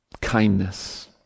kindness